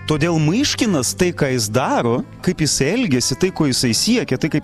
todėl myškinas tai ką jis daro kaip jisai elgiasi tai ko jisai siekia tai kaip